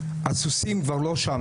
הסוסים כבר לא שם,